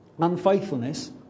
Unfaithfulness